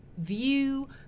view